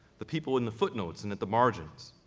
the people in the footnotes, and at the margins,